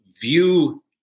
view